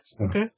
Okay